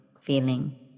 feeling